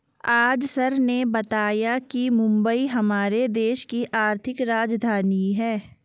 आज सर ने बताया कि मुंबई हमारे देश की आर्थिक राजधानी है